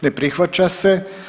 Ne prihvaća se.